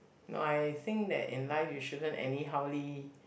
no I think that in life you shouldn't anyhowly